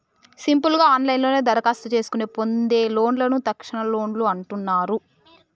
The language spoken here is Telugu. సింపుల్ గా ఆన్లైన్లోనే దరఖాస్తు చేసుకొని పొందే లోన్లను తక్షణలోన్లు అంటున్నరు